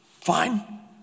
fine